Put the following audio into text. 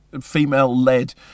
female-led